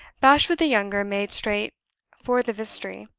bashwood the younger made straight for the vestry.